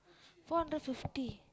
four hundred fifty